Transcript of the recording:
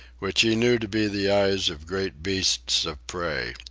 which he knew to be the eyes of great beasts of prey.